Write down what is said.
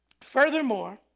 furthermore